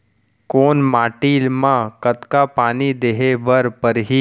कोन माटी म कतका पानी देहे बर परहि?